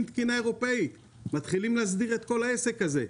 תקינה אירופית ומתחילים להסדיר את כל העסק הזה.